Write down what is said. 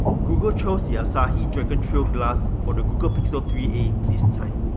google chose the asahi dragontrail glass for the google pixel three a this time.